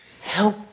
Help